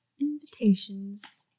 invitations